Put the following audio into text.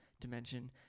dimension